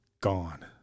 gone